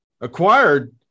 acquired